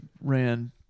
ran